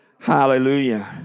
Hallelujah